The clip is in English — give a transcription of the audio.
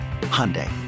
Hyundai